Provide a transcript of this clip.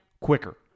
quicker